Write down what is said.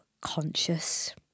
conscious